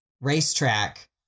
racetrack